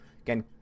Again